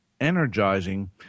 energizing